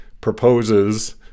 proposes